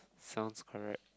sounds correct